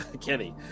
Kenny